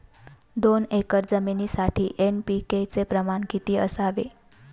दोन एकर जमिनीसाठी एन.पी.के चे प्रमाण किती असावे?